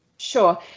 Sure